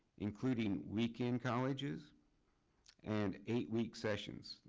including weekend colleges and eight week sessions.